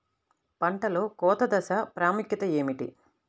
పంటలో కోత దశ ప్రాముఖ్యత ఏమిటి?